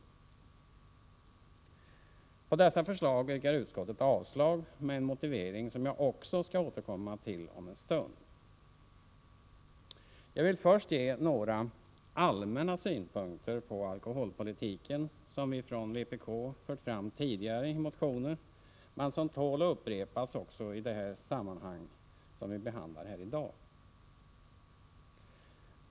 På dessa förslag yrkar utskottet avslag med en motivering som jag också skall återkomma till om en stund. Jag vill först ge några allmänna synpunkter på alkoholpolitiken som vi från vpk fört fram tidigare i motioner men som tål att upprepas också i det sammanhang som vi behandlar här i dag.